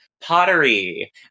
pottery